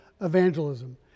evangelism